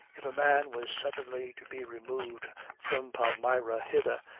if a man was suddenly to be removed from palmyra hither,